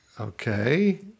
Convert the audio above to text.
okay